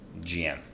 GM